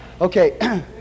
Okay